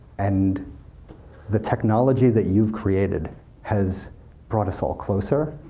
and the technology that you've created has brought us all closer,